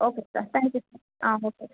okay sir thank you sir ah okay sir